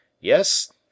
Yes